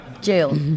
Jill